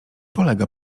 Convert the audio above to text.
polega